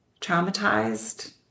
traumatized